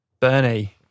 Bernie